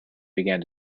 began